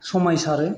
समायसारो